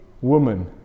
woman